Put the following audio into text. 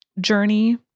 journey